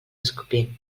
escopim